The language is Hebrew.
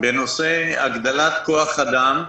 בנושא הגדלת כוח אדם,